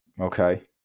okay